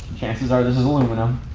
chances are, this is aluminum.